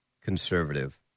conservative